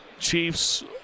Chiefs